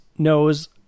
knows